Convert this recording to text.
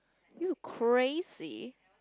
you crazy